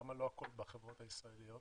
למה לא הכול בחברות הישראליות?